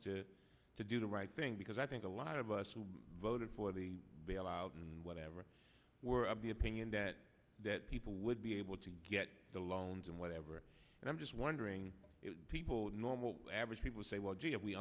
folks to do the right thing because i think a lot of us who voted for the bailout and whatever were of the opinion that that people would be able to get the loans and whatever and i'm just wondering people normal average people say well